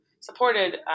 supported